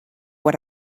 what